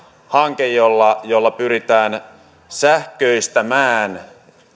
hanke jolla jolla pyritään sähköistämään